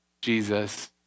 Jesus